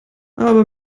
aber